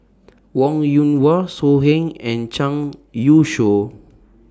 Wong Yoon Wah So Heng and Zhang Youshuo